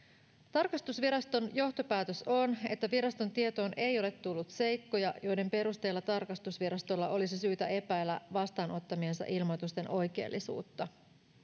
tarkastusviraston johtopäätös on että viraston tietoon ei ole tullut seikkoja joiden perusteella tarkastusvirastolla olisi syytä epäillä vastaanottamiensa ilmoitusten oikeellisuutta